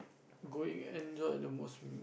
going and the and the most